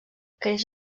creix